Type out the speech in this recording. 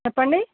చెప్పండి